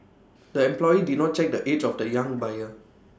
the employee did not check the age of the young buyer